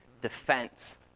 defense